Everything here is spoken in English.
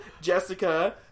Jessica